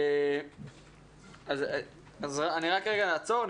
אז רק רגע אעצור,